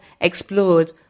explored